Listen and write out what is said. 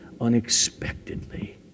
unexpectedly